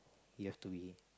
you have to be